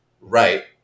right